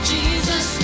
Jesus